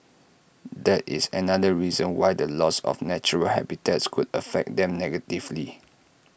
that is another reason why the loss of natural habitats could affect them negatively